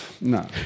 No